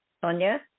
Sonia